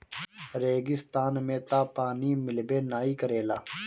रेगिस्तान में तअ पानी मिलबे नाइ करेला